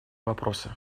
вопросы